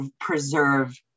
preserve